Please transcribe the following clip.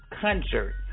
concert